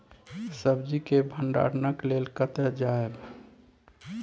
सब्जी के भंडारणक लेल कतय जायब?